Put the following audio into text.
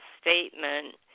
statement